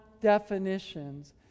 definitions